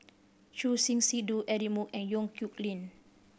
Choor Singh Sidhu Eric Moo and Yong Nyuk Lin